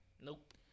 Nope